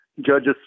Judges